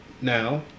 Now